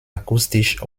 akustisch